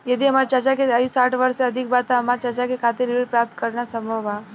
यदि हमार चाचा के आयु साठ वर्ष से अधिक बा त का हमार चाचा के खातिर ऋण प्राप्त करना संभव बा?